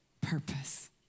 purpose